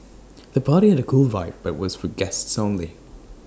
the party had A cool vibe but was for guests only